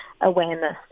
awareness